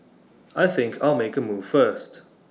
I think I'll make A move first